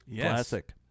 Classic